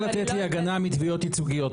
אם את מוכנה לתת לי הגנה מתביעות ייצוגיות בחוק.